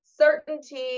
certainty